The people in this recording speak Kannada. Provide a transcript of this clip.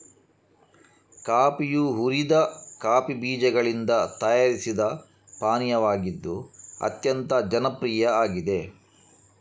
ಕಾಫಿಯು ಹುರಿದ ಕಾಫಿ ಬೀಜಗಳಿಂದ ತಯಾರಿಸಿದ ಪಾನೀಯವಾಗಿದ್ದು ಅತ್ಯಂತ ಜನಪ್ರಿಯ ಆಗಿದೆ